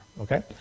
Okay